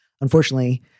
Unfortunately